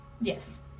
Yes